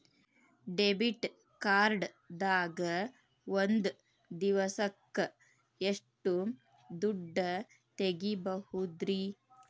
Debit card ದಾಗ ಒಂದ್ ದಿವಸಕ್ಕ ಎಷ್ಟು ದುಡ್ಡ ತೆಗಿಬಹುದ್ರಿ?